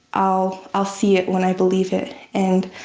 i'll i'll see it when i believe it. and